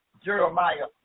Jeremiah